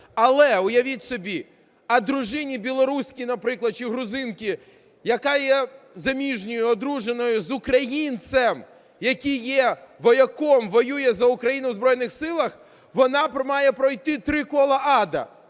Але, уявіть собі, а дружині білорусці, наприклад, чи грузинці, яка є заміжньою, одруженою з українцем, який є вояком, воює за України в Збройних Сил, вона має пройти три кола Ада.